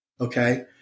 okay